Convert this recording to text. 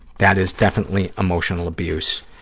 that is definitely emotional abuse,